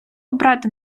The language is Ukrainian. обрати